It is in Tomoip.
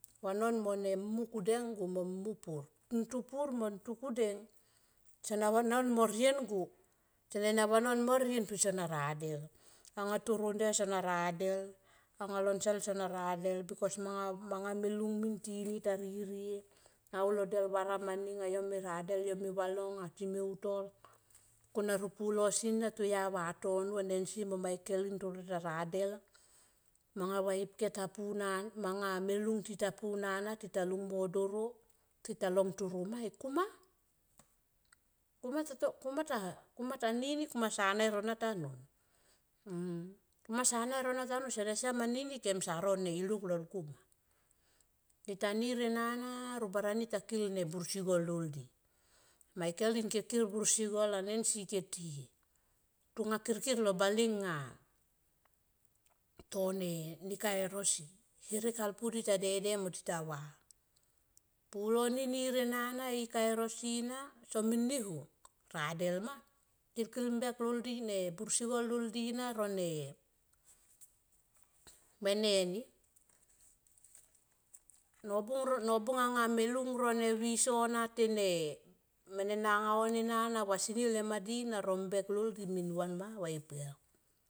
Vanon mo mu kudeng go mo mu pur. Ntu pur mo mo ntu kudeng sana vanon morien go. Sene na vanon mo rien pe sona radel anga lo nsal sona radel bikos manga min tini ta ririe aulo del varam ani nga yo me radel yo me valong anga time utor kona ro pulo sl na toya vatono a nensi mo micheline to ra ta radel manga va e pke ta pu na manga me lung tita pu no na tita lung mo doro tita long toro ma ikuma ikum tato kuma nini ga nae rona tanun. Kuma sa na e rona tanun sene siam anini kem sa no ne iluk lol kuma. Tita nir ena na robarani na kil bur sigol lol di micheline ke kil bursi gol a nensi keti tonga kirkir lo bale nga tone kai e rosi herek alpu di ta dede mo ti ta vam. Pulo ni nir ena na i ka eroisi na somi ni ho radel ma kilkil mbak lol di ne bus sigol lol di na none mene ni. Nobung anga me lung ro ne viso na te ne mene na nga on ena na vasini lema di na ro mbek lol di men van ma va e per.